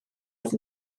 oedd